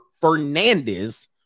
Fernandez